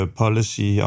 policy